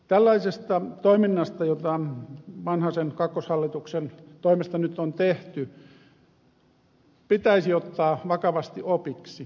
tällaisesta toiminnasta jota vanhasen kakkoshallituksen toimesta nyt on tehty pitäisi ottaa vakavasti opiksi